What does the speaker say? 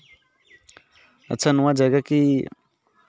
ᱟᱪᱪᱷᱟ ᱱᱚᱣᱟ ᱡᱟᱭᱜᱟ ᱠᱤ